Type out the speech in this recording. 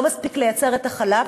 הגוף לא מייצר מספיק חלב,